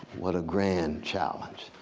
what a grand challenge.